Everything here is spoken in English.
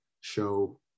show